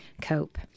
cope